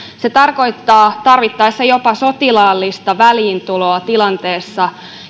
se tarkoittaa tarvittaessa jopa sotilaallista väliintuloa tilanteessa